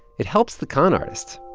it helps the con artist.